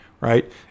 right